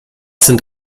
sind